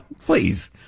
please